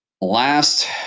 Last